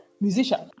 musician